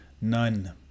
None